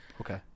okay